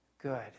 good